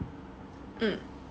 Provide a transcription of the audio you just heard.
mm